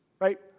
right